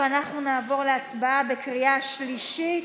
נעבור להצבעה בקריאה שלישית.